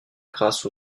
grâce